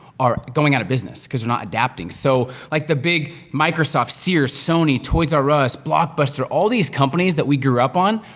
are going out of business, cause they're not adapting. so like the big microsoft, sears, sony, toys r us, blockbuster, all these companies that we grew up on,